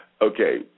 Okay